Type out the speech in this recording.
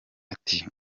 ati